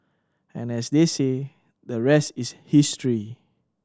and as they say the rest is history